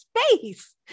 space